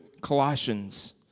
Colossians